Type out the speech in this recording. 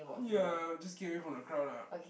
ya just get away from the crowd ah